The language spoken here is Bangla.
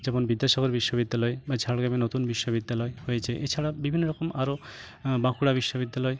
যেমন বিদ্যাসাগর বিশ্ববিদ্যালয় বা ঝাড়গ্রামে নতুন বিশ্ববিদ্যালয় হয়েছে এছাড়া বিভিন্ন রকম আরও বাঁকুড়া বিশ্ববিদ্যালয়